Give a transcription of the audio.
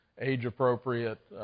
age-appropriate